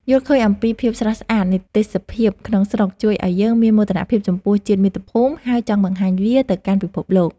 យល់ឃើញអំពីភាពស្រស់ស្អាតនៃទេសភាពក្នុងស្រុកជួយឱ្យយើងមានមោទនភាពចំពោះជាតិមាតុភូមិ ហើយ ចង់បង្ហាញវាទៅកាន់ពិភពលោក។